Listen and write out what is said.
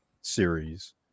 series